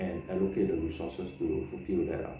and allocate the resources to fulfill that lah